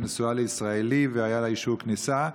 היא נשואה לישראלי והיה לה אישור כניסה,